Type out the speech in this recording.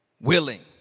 willing